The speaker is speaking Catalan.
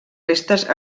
restes